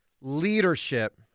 leadership